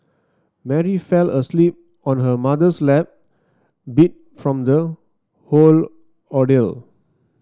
Mary fell asleep on her mother's lap beat from the whole ordeal